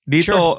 Dito